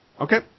Okay